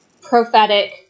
prophetic